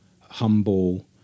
humble